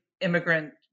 immigrant